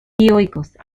dioicos